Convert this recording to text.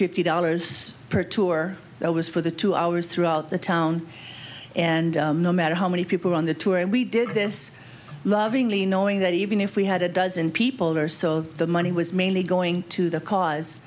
fifty dollars per tour that was for the two hours throughout the town and no matter how many people are on the tour and we did this lovingly knowing that even if we had a dozen people or so the money was mainly going to the cause